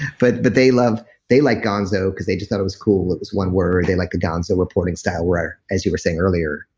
but but they they like gonzo because they just thought it was cool. it was one word. they like the gonzo reporting style where as you were saying earlier,